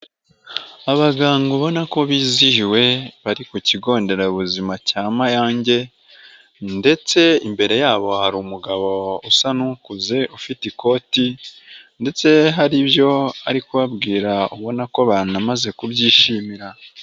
Abaganga ubona ko bizihiwe bari ku kigo nderabuzima cya Mayange ndetse imbere yabo hari umugabo usa n'ukuze ufite ikoti; ndetse hari ibyo ari kubabwira ubona ko banamaze kubyishimira.